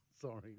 Sorry